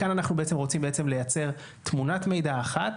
כאן אנחנו רוצים לייצר תמונת מידע אחת,